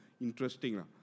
interesting